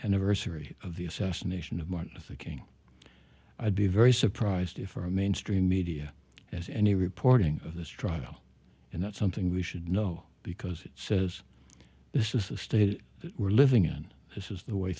anniversary of the assassination of martin luther king i would be very surprised if for a mainstream media as any reporting of this trial and that's something we should know because it says this is the state we're living in this is the way